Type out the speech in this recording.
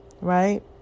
Right